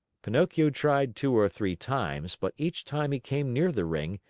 pinocchio tried two or three times, but each time he came near the ring,